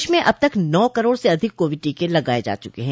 देश में अब तक नौ करोड से अधिक कोविड टीके लगाए जा चुके हैं